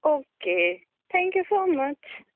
okay thank you so much